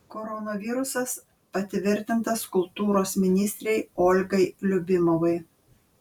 koronavirusas patvirtintas kultūros ministrei olgai liubimovai